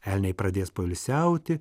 elniai pradės poilsiauti